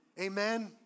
Amen